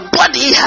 body